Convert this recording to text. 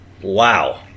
Wow